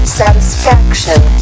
satisfaction